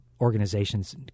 organizations